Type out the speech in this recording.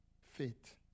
faith